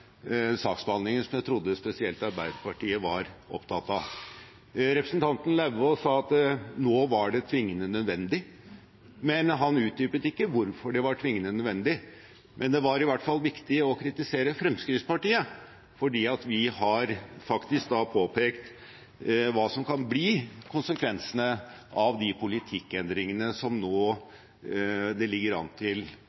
saksbehandlingen som jeg trodde spesielt Arbeiderpartiet var opptatt av? Representanten Lauvås sa at nå var det tvingende nødvendig, men han utdypet ikke hvorfor det var tvingende nødvendig. Men det var i hvert fall viktig å kritisere Fremskrittspartiet fordi vi har påpekt hva som kan bli konsekvensene av de politikkendringene som det nå